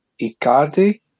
Icardi